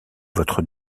votre